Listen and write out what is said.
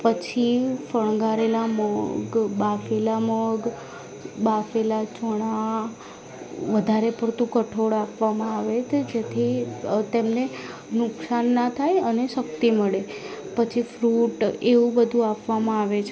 પછી ફણગાવેલાં મગ બાફેલાં મગ બાફેલાં ચણા વધારે પડતું કઠોળ આપવામાં આવે તે જેથી તેમને નુકસાન ના થાય અને શક્તિ મળે પછી ફ્રૂટ એવું બધું આપવામાં આવે છે